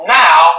now